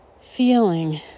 Feeling